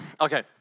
Okay